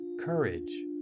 Courage